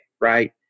right